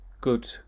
good